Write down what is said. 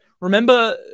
Remember